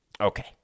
okay